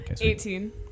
Eighteen